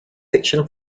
fiction